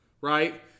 right